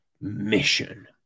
mission